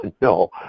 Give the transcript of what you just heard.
No